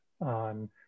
on